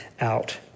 out